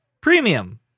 Premium